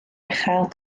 uchel